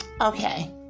Okay